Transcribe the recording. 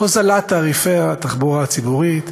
הוזלת תעריפי התחבורה הציבורית,